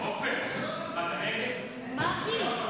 (פיצויים לדוגמה), התשפ"ד 2024,